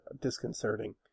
disconcerting